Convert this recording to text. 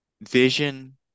vision